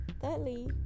Thirdly